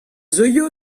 zeuio